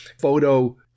photo